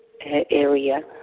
area